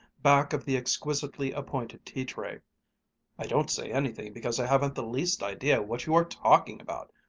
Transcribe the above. back of the exquisitely appointed tea-tray i don't say anything because i haven't the least idea what you are talking about.